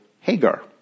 Hagar